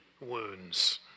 wounds